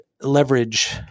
leverage